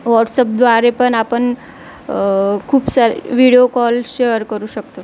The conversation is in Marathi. वॉट्सअपद्वारे पण आपण खूप सारे व्हिडिओ कॉल शेअर करू शकतो